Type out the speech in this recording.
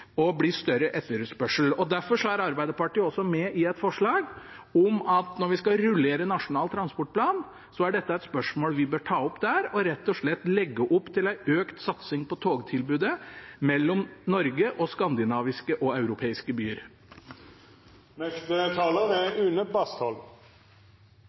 å bli større etterspørsel etter. Derfor er Arbeiderpartiet også med i et forslag om at når vi skal rullere Nasjonal transportplan, er dette et spørsmål vi bør ta opp der: rett og slett legge opp til en økt satsing på togtilbudet mellom Norge og skandinaviske og europeiske byer.